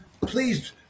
please